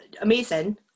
amazing